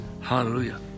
Hallelujah